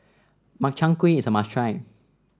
Makchang Gui is a must try